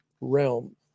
realm